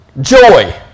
Joy